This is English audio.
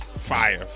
fire